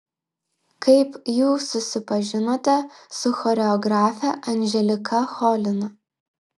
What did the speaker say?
kaip jūs susipažinote su choreografe anželika cholina